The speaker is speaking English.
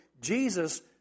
Jesus